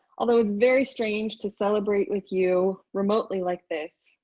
although it's very strange to celebrate with you remotely like this,